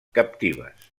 captives